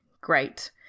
great